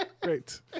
Great